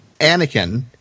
anakin